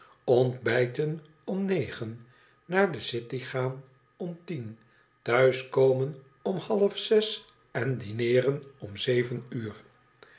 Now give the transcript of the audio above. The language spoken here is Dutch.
ontbijten om negen naar de city gaan om tien thuiskomen om half zes en dineeren om zeven uur